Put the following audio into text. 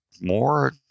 more